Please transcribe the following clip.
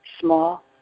small